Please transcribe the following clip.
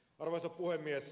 arvoisa puhemies